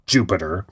Jupiter